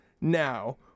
now